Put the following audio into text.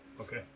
Okay